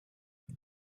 when